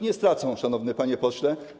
Nie stracą, szanowny panie pośle.